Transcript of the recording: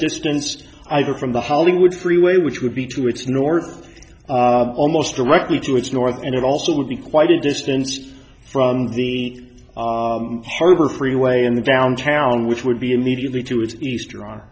distance either from the hollywood freeway which would be to its north almost directly to its north and it also would be quite a distance from the harbor freeway in the downtown which would be immediately to its east or on